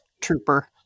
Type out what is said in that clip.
trooper